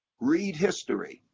read history.